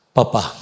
Papa